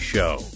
Show